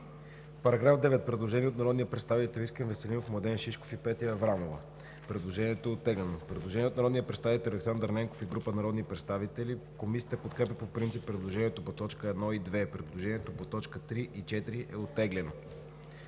По § 9 има предложение от народните представители Искрен Веселинов, Младен Шишков и Петя Аврамова. Предложението е оттеглено. Предложение от Александър Ненков и група народни представители. Комисията подкрепя по принцип предложението по точки 1 и 2, а предложението по точки 3 и 4 е оттеглено.